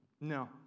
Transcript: No